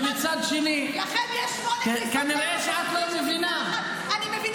ומצד שני --- מה הבעיה לעלות להר הבית?